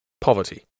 poverty